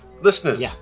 listeners